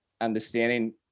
understanding